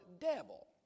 devil